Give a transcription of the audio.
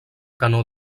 canó